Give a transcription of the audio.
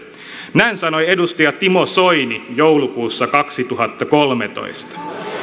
näin sanoi edustaja timo soini joulukuussa kaksituhattakolmetoista